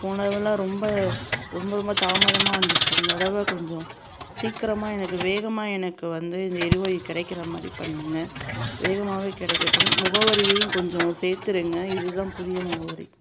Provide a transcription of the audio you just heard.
போன தடவைலாம் ரொம்ப ரொம்ப ரொம்ப தாமதமாக வந்துச்சு இந்த தடவை கொஞ்சம் சீக்கிரமாக எனக்கு வேகமாக எனக்கு வந்து இந்த எரிவாயு கிடைக்கற மாதிரி பண்ணுங்கள் வேகமாகவே கிடைக்கட்டும் முகவரியையும் கொஞ்சம் சேர்த்துருங்க இது தான் புதிய முகவரி